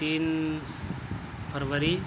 تین فروری